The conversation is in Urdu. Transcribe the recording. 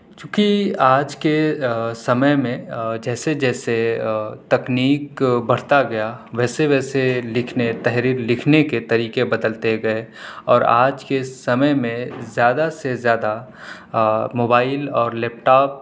چونکہ آج کے سمعے میں جیسے جیسے تکنیک بڑھتا گیا ویسے ویسے لکھنے تحریر لکھنے کے طریقے بدلتے گئے اور آج کے سمعے میں زیادہ سے زیادہ آ موبائل اور لیپ ٹاپ